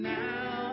now